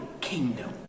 kingdom